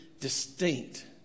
distinct